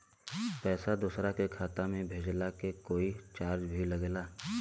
पैसा दोसरा के खाता मे भेजला के कोई चार्ज भी लागेला?